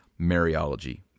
Mariology